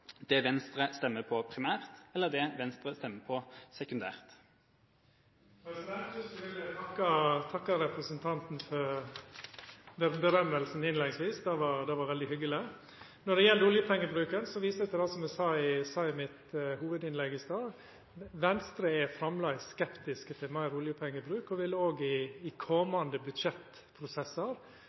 det Venstre stemmer på primært, eller det Venstre stemmer på sekundært? Først vil eg takka representanten for lovorda innleiingsvis. Det var veldig hyggeleg. Når det gjeld oljepengebruken, viser eg til det eg sa i mitt hovudinnlegg i stad: Venstre er framleis skeptisk til meir oljepengebruk og vil òg i komande budsjettprosessar